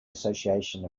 association